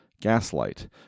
Gaslight